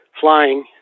flying